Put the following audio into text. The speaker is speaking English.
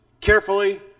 carefully